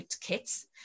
kits